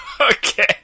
Okay